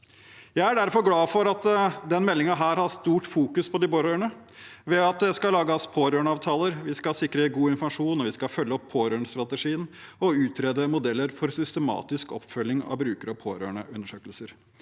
Jeg er derfor glad for at denne meldingen i stor grad fokuserer på de pårørende ved at det skal lages pårørendeavtaler, og vi skal sikre god informasjon, følge opp pårørendestrategien og utrede modeller for systematisk oppfølging av bruker- og pårørendeundersøkelser.